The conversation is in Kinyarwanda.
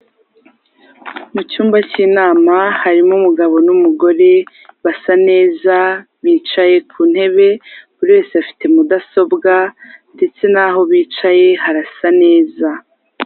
Mu cyumba cy'inama harimo umugabo n'umugore basa neza bicaye ku ntebe buri wese afite mudasobwa ndetse naho bicaye harasa neza .